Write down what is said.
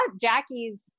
Jackie's